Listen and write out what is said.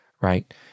right